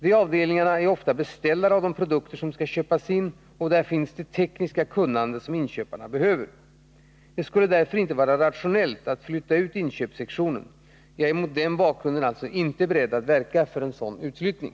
De avdelningarna är ofta beställare av de produkter som skall köpas in, och där finns det tekniska kunnande som inköparna behöver. Det skulle därför inte vara rationellt att flytta ut inköpssektionen. Jag är mot den bakgrunden inte beredd att verka för en sådan utflyttning.